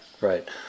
right